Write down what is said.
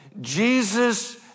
Jesus